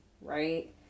right